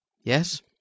yes